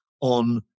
on